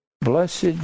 Blessed